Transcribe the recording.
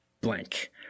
blank